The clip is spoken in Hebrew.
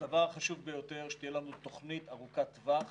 הדבר החשוב ביותר הוא שתהיה לנו תוכנית ארוכת טווח